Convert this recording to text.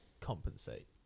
compensate